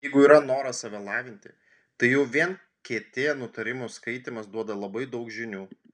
jeigu yra noras save lavinti tai jau vien kt nutarimų skaitymas duoda labai daug žinių